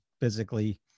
physically